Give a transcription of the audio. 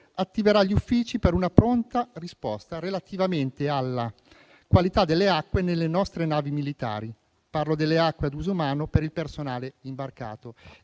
attiverà gli uffici per una pronta risposta relativamente alla qualità delle acque nelle nostre navi militari. Parlo delle acque ad uso umano per il personale imbarcato.